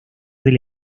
del